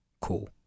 Cool